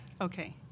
Okay